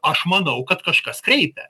aš manau kad kažkas kreipia